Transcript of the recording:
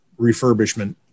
refurbishment